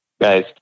guys